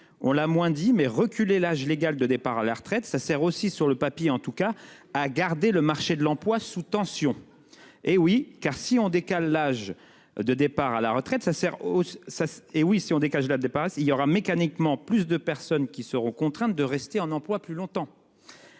On l'a moins dit, mais reculer l'âge légal de départ à la retraite, ça sert aussi, en tout cas sur le papier, à garder le marché de l'emploi sous tension. En effet, si on décale l'âge de départ à la retraite, il y aura mécaniquement plus de personnes qui seront contraintes de rester en emploi plus longtemps.